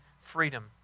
freedom